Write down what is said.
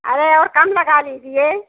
अरे और कम लगा लीजिए